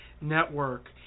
Network